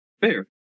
Fair